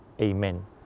Amen